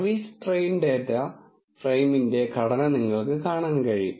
service train data ഫ്രെയിമിന്റെ ഘടന നിങ്ങൾക്ക് കാണാൻ കഴിയും